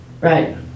Right